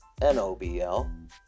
NOBL